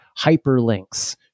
hyperlinks